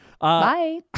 Bye